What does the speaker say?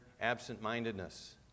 absent-mindedness